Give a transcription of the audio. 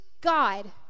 God